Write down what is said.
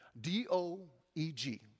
D-O-E-G